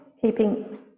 keeping